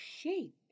shape